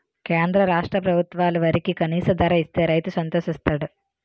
కేంద్ర రాష్ట్ర ప్రభుత్వాలు వరికి కనీస ధర ఇస్తే రైతు సంతోషిస్తాడు